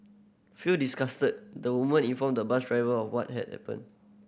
feeling disgusted the woman informed the bus driver of what had happened